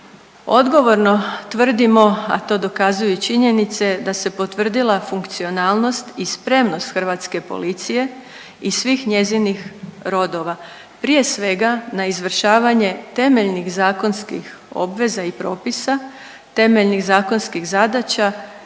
odgovorno tvrdimo, a to dokazuju i činjenice da se potvrdila funkcionalnost i spremnost Hrvatske policije i svih njezinih rodova. Prije svega na izvršavanje temeljnih zakonskih obveza i propisa, temeljnih zakonskih zadaća